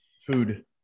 Food